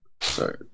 sorry